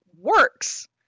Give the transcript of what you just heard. works